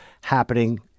happening